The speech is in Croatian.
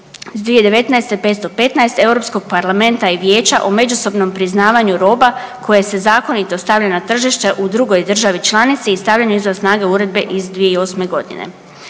2019. 515 Europskog parlamenta i Vijeća o međusobnom priznavanju roba koje se zakonito stavlja na tržište u drugoj državi članici i stavlja izvan snage Uredbe iz 2008.godine.